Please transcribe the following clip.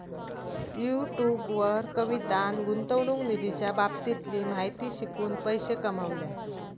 YouTube वर कवितान गुंतवणूक निधीच्या बाबतीतली माहिती शिकवून पैशे कमावल्यान